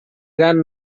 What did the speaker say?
gran